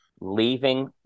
leaving